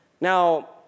Now